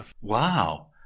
Wow